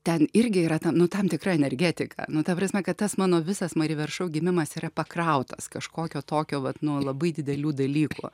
ten irgi yra ta nu tam tikra energetika nu ta prasme kad tas mano visas mari ver šou gimimas yra pakrautas kažkokio tokio vat nu labai didelių dalykų